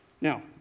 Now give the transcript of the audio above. Now